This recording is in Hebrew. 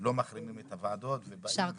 לא מחרימים את הוועדות, באים ועובדים.